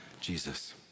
Jesus